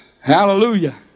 Hallelujah